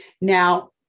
now